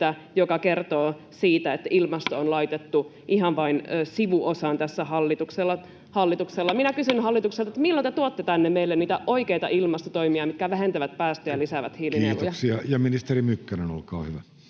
pysty pelastamaan ilmastoa! — Puhemies koputtaa] Minä kysyn hallitukselta, milloin te tuotte tänne meille niitä oikeita ilmastotoimia, mitkä vähentävät päästöjä ja lisäävät hiilinieluja? Kiitoksia. — Ja ministeri Mykkänen, olkaa hyvä.